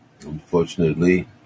Unfortunately